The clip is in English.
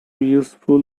useful